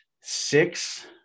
six